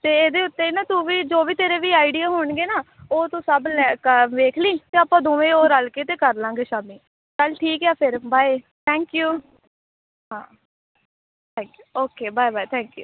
ਅਤੇ ਇਹਦੇ ਉੱਤੇ ਨਾ ਤੂੰ ਵੀ ਜੋ ਵੀ ਤੇਰੇ ਵੀ ਆਈਡੀਆ ਹੋਣਗੇ ਨਾ ਉਹ ਤੂੰ ਸਭ ਲੈ ਕ ਦੇਖ ਲੀ ਅਤੇ ਆਪਾਂ ਦੋਵੇਂ ਉਹ ਰਲ ਕੇ ਅਤੇ ਕਰ ਲਾਂਗੇ ਸ਼ਾਮੀ ਚਲ ਠੀਕ ਆ ਫਿਰ ਬਾਏ ਥੈਂਕ ਯੂ ਹਾਂ thank you okay bye bye thank you